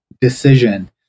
decision